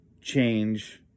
change